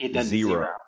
zero